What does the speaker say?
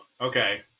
okay